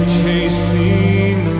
chasing